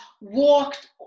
walked